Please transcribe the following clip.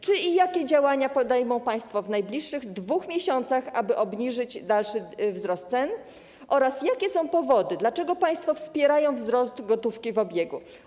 Czy i jakie działania podejmą państwo w najbliższych 2 miesiącach, aby obniżyć dalszy wzrost cen oraz jakie są powody, dlaczego państwo wspierają wzrost gotówki w obiegu?